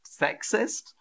sexist